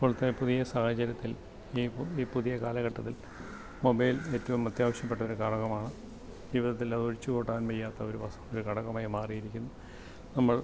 ഇപ്പോഴത്തെ പുതിയ സാഹചര്യത്തിൽ ഈ പുതിയ കാലഘട്ടത്തിൽ മൊബൈൽ ഏറ്റവും അത്യാവശ്യപ്പെട്ട ഒരു ഘടകമാണ് ജീവിതത്തിൽ അത് ഒഴിച്ചു കൂടാന് വയ്യാത്ത ഒരു ഘടകമായി മാറിയിരിക്കുന്നു നമ്മൾ